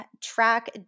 track